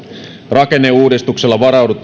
rakenneuudistuksella varaudutaan